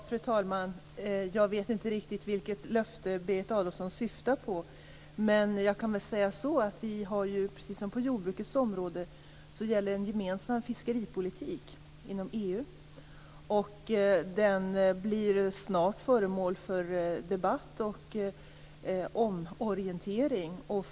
Fru talman! Jag vet inte riktigt vilket löfte Berit Adolfsson syftar på. Men jag kan väl säga att precis som på jordbrukets område gäller en gemensam fiskeripolitik inom EU. Den blir snart föremål för debatt och omorientering.